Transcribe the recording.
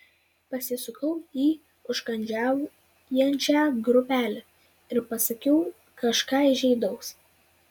pasisukau į užkandžiaujančią grupelę ir pasakiau kažką įžeidaus